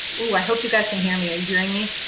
oh, i hope you guys can hear me are you hearing me?